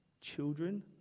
children